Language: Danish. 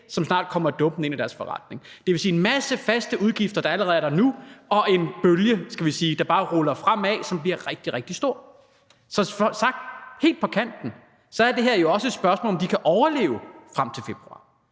som snart kommer dumpende ind i deres forretning. Det vil sige, at de har en masse faste udgifter, der allerede er der nu, og som er en bølge, der bare ruller fremad, og som bliver rigtig, rigtig stor. Så sat helt på spidsen er det her jo også et spørgsmål om, om de kan overleve frem til februar,